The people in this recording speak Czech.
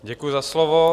Děkuji za slovo.